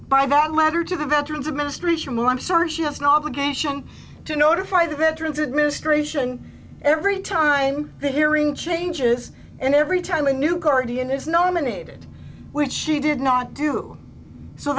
by that letter to the veterans administration well i'm sorry she has an obligation to notify the veterans administration every time the hearing changes and every time a new guardian is no many did which she did not do so